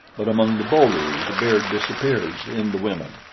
but among the bo-lu the beard disappears in the women.